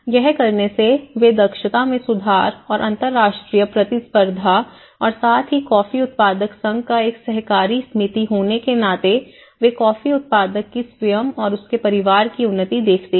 यह करने से वे दक्षता में सुधार और अंतरराष्ट्रीय प्रतिस्पर्धा और साथ ही कॉफी उत्पादक संघ का एक सहकारी समिति होने के नाते वे कॉफी उत्पादक कि स्वयं और उसके परिवार की उन्नति देखते हैं